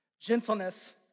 gentleness